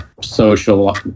social